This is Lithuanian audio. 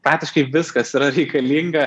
praktiškai viskas yra reikalinga